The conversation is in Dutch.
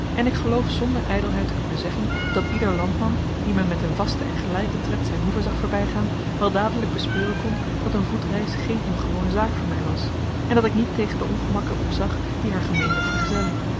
en ik geloof zonder ijdelheid te kunnen zeggen dat ieder landman die mij met een vasten en gelijken tred zijn hoeve zag voorbijgaan wel dadelijk bespeuren kon dat een voetreis geen ongewone zaak voor mij was en dat ik niet tegen de ongemakken opzag die haar gemeenlijk vergezellen